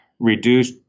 reduce